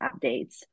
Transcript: updates